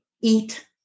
eat